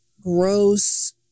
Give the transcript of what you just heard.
gross